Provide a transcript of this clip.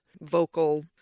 vocal